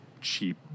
cheap